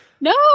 No